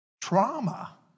trauma